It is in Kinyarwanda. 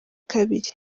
kabiri